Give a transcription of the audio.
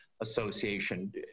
Association